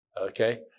okay